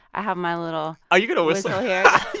i have my little. are you going to whistle. yeah